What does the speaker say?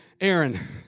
Aaron